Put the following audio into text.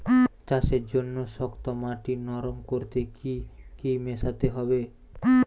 চাষের জন্য শক্ত মাটি নরম করতে কি কি মেশাতে হবে?